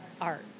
art